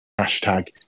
hashtag